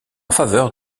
faveur